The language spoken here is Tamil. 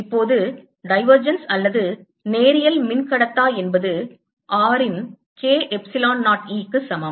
இப்போது divergence அல்லது நேரியல் மின்கடத்தா என்பது r இன் K எப்சிலான் 0 E க்கு சமம்